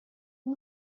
این